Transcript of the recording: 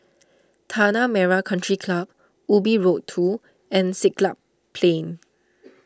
Tanah Merah Country Club Ubi Road two and Siglap Plain